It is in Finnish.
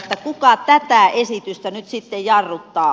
kuka tätä esitystä nyt sitten jarruttaa